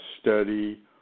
study